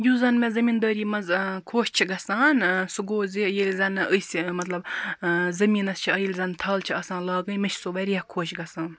یُس زَن مےٚ زمیٖن دٲری مَنٛز خۄش چھِ گَژھان سُہ گوٚو زِ ییٚلہِ زَن أسۍ مَطلَب آ زمیٖنَس چھِ ییٚلہِ زَن تھل چھِ آسان لاگٕنۍ مےٚ چھِ سۅ واریاہ خۄش گژھان